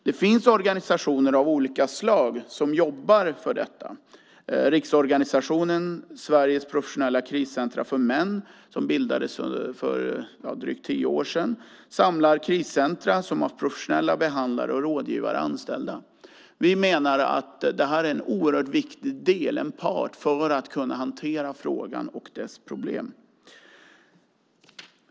Det finns organisationer av olika slag som jobbar för detta. Riksorganisationen Sveriges professionella kriscentra för män, som bildades för drygt tio år sedan, samlar kriscentrum som har professionella behandlare och rådgivare anställda. Vi menar att det här är en oerhört viktig del, en part för att kunna hantera frågan och problemen.